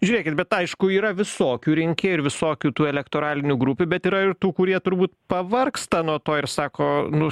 žiūrėkit bet aišku yra visokių rinkėjų ir visokių tų elektoralinių grupių bet yra ir tų kurie turbūt pavargsta nuo to ir sako nu